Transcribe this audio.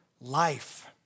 life